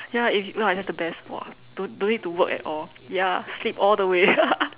ya it's ya that's the best !wah! don't don't need to work at all ya sleep all the way